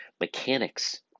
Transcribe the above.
mechanics